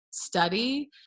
study